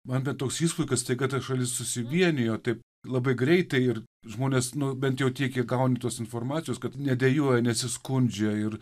man bet toks įspūdis kad staiga ta šalis susivienijo taip labai greitai ir žmonės nu bent jau tiek kiek gauni tos informacijos kad nedejuoja nesiskundžia ir